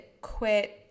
quit